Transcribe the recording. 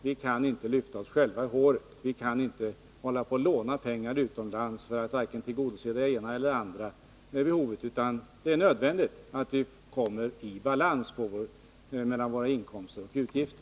Vi kan inte lyfta oss själva i håret, vi kan inte hålla på att låna pengar utomlands för att tillgodose det ena eller andra behovet. Det är nödvändigt att vi får balans mellan våra inkomster och utgifter.